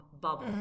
bubble